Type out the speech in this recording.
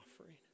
offering